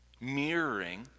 mirroring